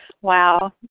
Wow